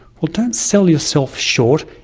well don't sell yourself short,